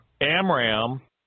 Amram